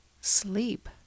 sleep